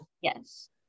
Yes